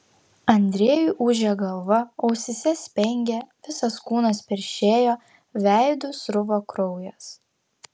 andrejui ūžė galva ausyse spengė visas kūnas peršėjo veidu sruvo kraujas